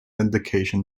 indication